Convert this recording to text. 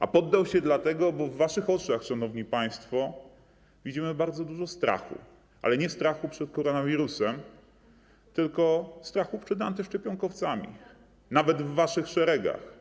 A poddał się dlatego, że w waszych oczach, szanowni państwo, widzimy bardzo dużo strachu - ale nie strachu przed koronawirusem, tylko strachu przed antyszczepionkowcami, nawet w waszych szeregach.